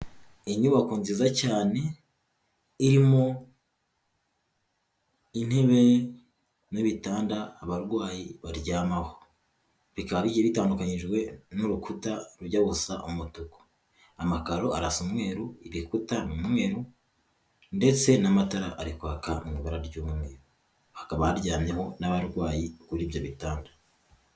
Inyubako nziza cyane irimo intebe n'ibitanda abarwayi baryamaho, bikaba bigiye bitandukanyijwe n'urukuta rujya gusa umutuku, amakaro arasa umweru ibikuta ni umweru, ndetse n'amatara ari kwaka mu ibara ry'umweru, hakaba haryamyeho n'abarwayi kuri ibyo bitanda.